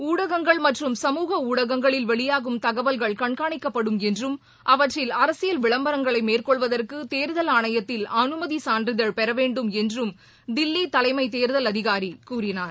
ஊடகங்கள் மற்றும் சமூக ஊடகங்களில் வெளியாகும் தகவல்கள் கண்காணிக்கப்படும் என்றும் அவற்றில் அரசியல் விளம்பரங்களை மேற்கொள்வதற்கு தேர்தல் ஆணையத்தில் அனுமதி சான்றிதழ் பெற வேண்டும் என்றும் தில்லி தலைமைத் தேர்தல் அதிகாரி கூறினார்